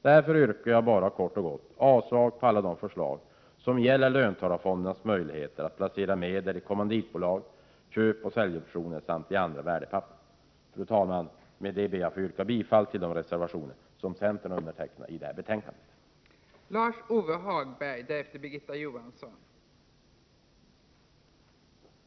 Därför yrkar jag bara, kort och gott, avslag på alla de förslag som gäller löntagarfondernas möjligheter att placera medel i kommanditbolag, köpoch säljoptioner samt i andra värdepapper. Fru talman! Jag ber att få yrka bifall till de reservationer som centerns ledamöter i näringsutskottet har undertecknat.